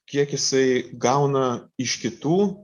kiek jisai gauna iš kitų